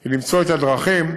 היא למצוא את הדרכים.